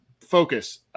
focus